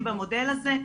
במודל הזה,